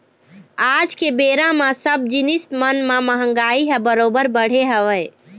आज के बेरा म सब जिनिस मन म महगाई ह बरोबर बढ़े हवय